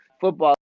football